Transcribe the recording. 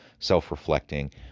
self-reflecting